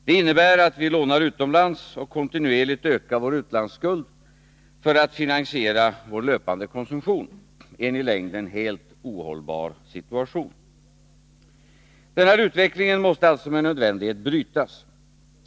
Detta innebär att vi lånar utomlands och kontinuerligt ökar vår Om reaktionerna utlandsskuld för att finansiera vår löpande konsumtion — en i längden helt — utomlands på den ohållbar situation. svenska devalve Denna utveckling måste alltså med nödvändighet brytas.